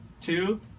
Two